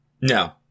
No